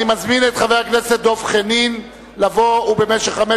אני מזמין את חבר הכנסת דב חנין לעלות ובמשך חמש